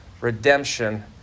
redemption